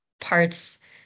parts